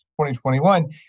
2021